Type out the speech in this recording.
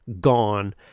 gone